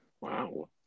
Wow